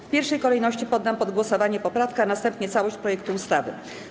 W pierwszej kolejności poddam pod głosowanie poprawkę, a następnie całość projektu ustawy.